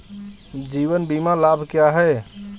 जीवन बीमा लाभ क्या हैं?